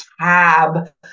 tab